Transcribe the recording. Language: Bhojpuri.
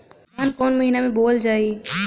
धान कवन महिना में बोवल जाई?